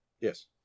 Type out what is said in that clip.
Yes